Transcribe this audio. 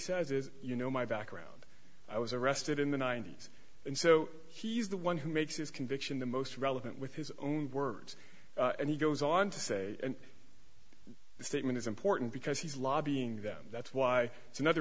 says is you know my background i was arrested in the ninety's and so he's the one who makes his conviction the most relevant with his own words and he goes on to say the statement is important because he's lobbying them that's why it's another